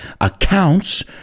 accounts